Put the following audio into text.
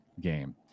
game